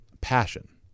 passion